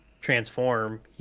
transform